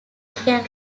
can